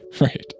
Right